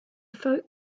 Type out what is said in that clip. folk